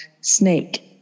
snake